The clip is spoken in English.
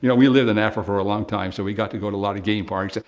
yeah we lived in africa for a long time, so we got to go to a lot of game parks,